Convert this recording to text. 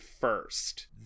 first